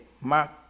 Mark